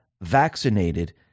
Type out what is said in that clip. vaccinated